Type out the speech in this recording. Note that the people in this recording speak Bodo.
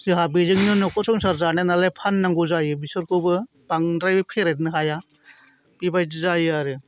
जोंहा बेजोंनो न'खर संसार जानाय नालाय फाननांगौ जायो बेसरखौबो बांद्राय फेरेदनो हाया बेबायदि जायो आरो